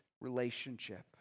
relationship